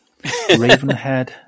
Ravenhead